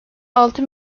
altı